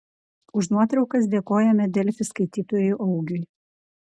už nuotraukas dėkojame delfi skaitytojui augiui